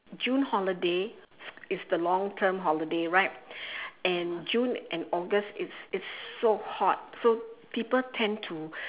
june holiday is the long term holiday right and june and august it's it's so hot so people tend to